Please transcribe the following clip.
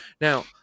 Now